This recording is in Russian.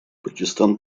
пакистан